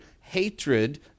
hatred